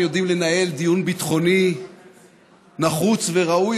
יודעים לנהל דיון ביטחוני נחוץ וראוי,